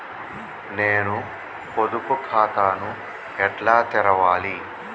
నేను పొదుపు ఖాతాను ఎట్లా తెరవాలి?